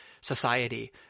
society